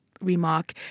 remark